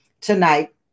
tonight